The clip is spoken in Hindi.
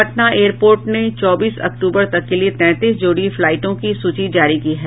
पटना एयर पोर्ट ने चौबीस अक्टूबर तक के लिये तैंतीस जोड़ी फ्लाईटों की सूची जारी की है